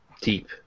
Deep